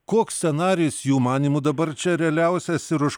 koks scenarijus jų manymu dabar čia realiausias ir už